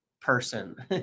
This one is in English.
Person